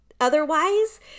otherwise